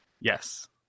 Yes